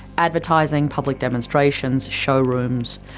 advertising, public demonstrations, showrooms,